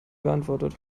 beantwortet